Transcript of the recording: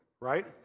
right